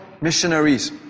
missionaries